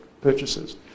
purchases